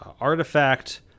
artifact